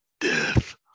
death